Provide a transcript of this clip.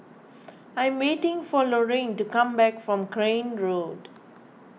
I am waiting for Lorrayne to come back from Crane Road